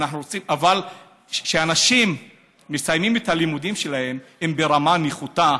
אבל כשאנשים מסיימים את הלימודים שלהם הם ברמה נחותה,